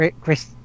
Chris